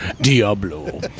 Diablo